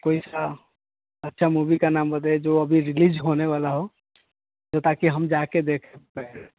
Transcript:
कोई सा अच्छा मुवी का नाम बताइए जो अभी रिलीज होने वाला हो वो ताकि हम जा कर देख सकते हैं